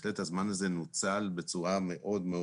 בהחלט הזמן הזה נוצל בצורה טובה מאוד.